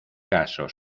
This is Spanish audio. caso